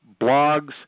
blogs